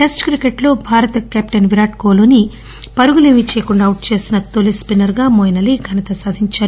test cricket లో భారత captain Virat కోహ్లీని పరుగులేమీ చేయకుండా అవుట్ చేసిన తొలి స్పిన్నర్ గా మొయిన్ అలీ ఘనత సాధించారు